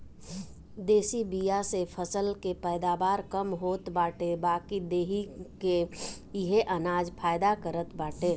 देशी बिया से फसल के पैदावार कम होत बाटे बाकी देहि के इहे अनाज फायदा करत बाटे